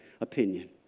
opinion